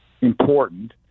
important